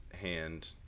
hand